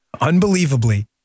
Unbelievably